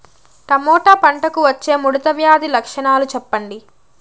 Tomato పంటకు వచ్చే ముడత వ్యాధి లక్షణాలు చెప్పండి?